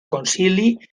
concili